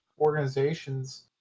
organizations